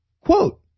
quote